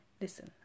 listen